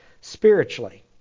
spiritually